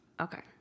Okay